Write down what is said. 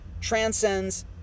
transcends